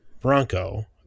Bronco